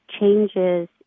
changes